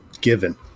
given